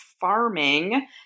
farming